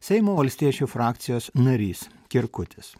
seimo valstiečių frakcijos narys kirkutis